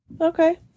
Okay